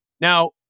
Now